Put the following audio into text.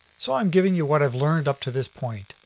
so i'm giving you what i've learned up to this point.